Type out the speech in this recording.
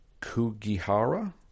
Kugihara